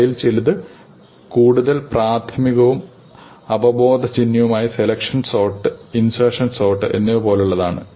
അവയിൽ ചിലത് കൂടുതൽ പ്രാഥമികവും അവബോധജന്യവുമായ സെലക്ഷൻ സോർട് ഇൻസെർഷൻ സോർട് എന്നിവപോലുള്ളതാണു